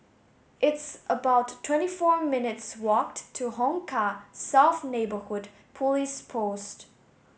it's about twenty four minutes' walk to Hong Kah South Neighbourhood Police Post